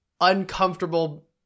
uncomfortable